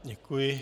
Děkuji.